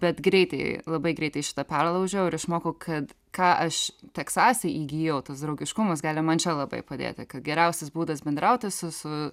bet greitai labai greitai šitą perlaužiau ir išmokau kad ką aš teksase įgijau tas draugiškumas gali man čia labai padėti kad geriausias būdas bendrauti su su